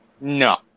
No